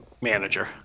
manager